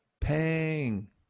Pang